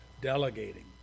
delegating